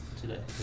today